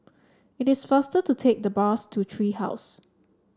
it is faster to take the bus to Tree House